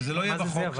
שזה לא יהיה בחוק.